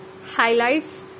highlights